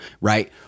right